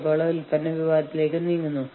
അതിനാൽ ഞങ്ങളും സമരത്തിലേക്ക് പോകും